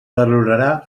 valorarà